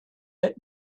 let